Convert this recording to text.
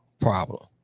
problem